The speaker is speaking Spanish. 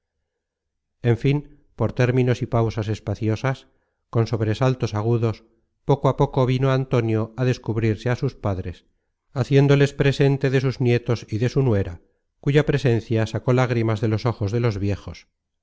en fin por términos y pausas espaciosas con sobresaltos agudos poco a poco vino antonio á descubrirse á sus padres haciéndoles presente de sus nietos y de su nuera cuya presencia sacó lagrimas de los ojos de los viejos